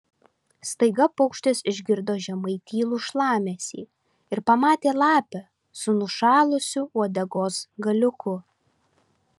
staiga paukštis išgirdo žemai tylų šlamesį ir pamatė lapę su nušalusiu uodegos galiuku